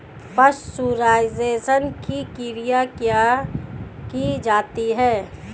Pasteurisation की क्रिया क्यों की जाती है?